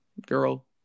girl